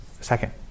second